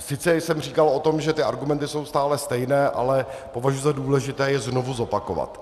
Sice jsem říkal o tom, že ty argumenty jsou stále stejné, ale považuji za důležité je znovu zopakovat.